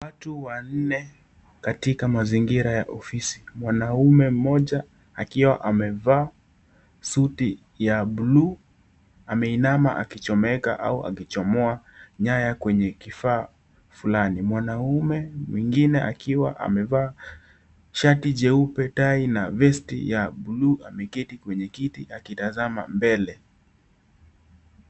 Watu wanne, katika mazingira ya ofisi, mwanaume mmoja, akiwa amevaa, suti ya (cs)blue(cs), ameinama akichomeka au akichomoa, nyaya kwenye kifaa fulani, mwanaume, mwingine, akiwa amevaa, shati jeupe, tai na vesti, ya (cs)blue(cs), ameketi kwenye kiti akitazama, mbele.